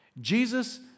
Jesus